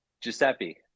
giuseppe